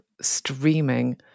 streaming